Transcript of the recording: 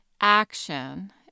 action